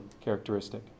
characteristic